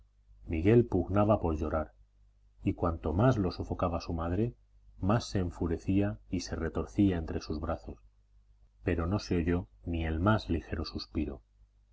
miguel pugnaba por llorar y cuanto más lo sofocaba su madre más se enfurecía y se retorcía entre sus brazos pero no se oyó ni el más ligero suspiro